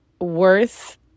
worth